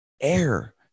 air